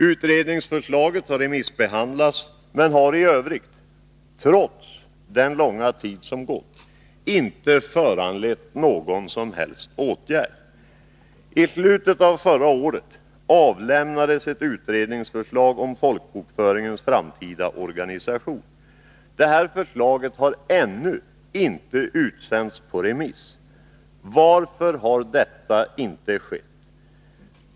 Utredningsförslaget har remissbehandlats men har i övrigt — trots den långa tid som gått — inte föranlett någon som helst åtgärd. I slutet av förra året avlämnades ett utredningsförslag om folkbokföringens framtida organisation. Detta förslag har ännu inte utsänts på remiss. Varför har detta inte skett?